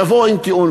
יבואו עם טיעון,